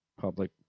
public